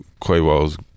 Quavo's